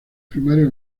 primarios